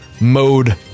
mode